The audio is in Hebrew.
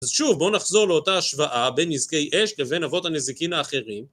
אז שוב, בואו נחזור לאותה השוואה בין נזקי אש לבין אבות הנזיקין האחרים.